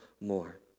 more